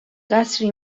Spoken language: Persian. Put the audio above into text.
قصری